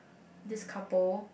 this couple